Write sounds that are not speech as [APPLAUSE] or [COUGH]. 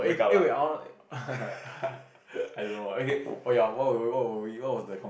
eh eh wait R [LAUGHS] I don't know okay oh ya what will we what will we what was the con